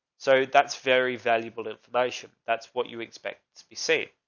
so that's very valuable information. that's what you expect to be safe.